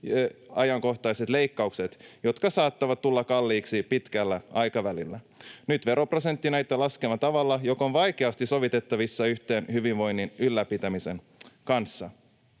ajankohtaiset leikkaukset, jotka saattavat tulla kalliiksi pitkällä aikavälillä. Nyt veroprosentti näyttää laskevan tavalla, joka on vaikeasti sovitettavissa yhteen hyvinvoinnin ylläpitämisen kanssa.